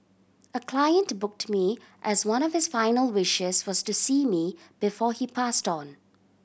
a client to booked me as one of his final wishes was to see me before he passed on